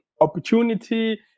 opportunity